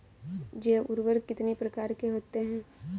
जैव उर्वरक कितनी प्रकार के होते हैं?